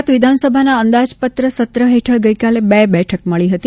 ગુજરાત વિધાનસભાના અંદાજપત્ર સત્ર હેઠળ ગઇકાલે બે બેઠક મળી હતી